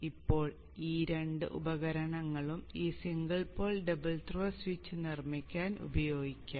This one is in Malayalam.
ഇപ്പോൾ ഈ രണ്ട് ഉപകരണങ്ങളും ഈ single pole double throw switch നിർമ്മിക്കാൻ ഉപയോഗിക്കാം